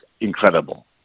incredible